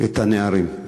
את הנערים.